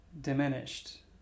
Diminished